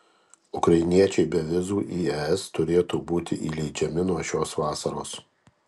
ukrainiečiai be vizų į es turėtų būti įleidžiami nuo šios vasaros